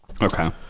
Okay